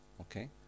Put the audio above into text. Okay